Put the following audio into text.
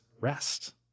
rest